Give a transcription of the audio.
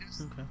Okay